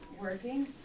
working